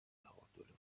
تعادل